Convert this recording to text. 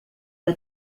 que